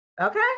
okay